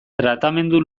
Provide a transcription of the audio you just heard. tratamendu